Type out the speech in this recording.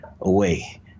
away